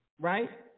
right